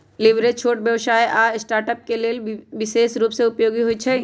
leverage छोट व्यवसाय आऽ स्टार्टअप्स के लेल विशेष रूप से उपयोगी होइ छइ